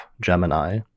Gemini